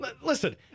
Listen